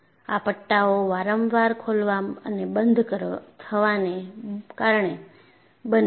આ પટ્ટાઓ વારંવાર ખોલવા અને બંધ થવાને કારણે બને છે